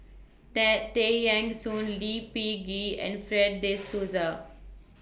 Tay Tay Eng Soon Lee Peh Gee and Fred De Souza